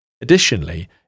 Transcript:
Additionally